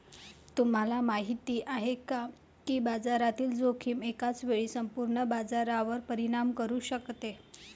तुम्हाला माहिती आहे का की बाजारातील जोखीम एकाच वेळी संपूर्ण बाजारावर परिणाम करू शकते?